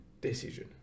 decision